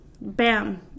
bam